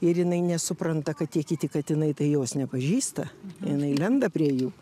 ir jinai nesupranta kad tie kiti katinai tai jos nepažįsta jinai lenda prie jų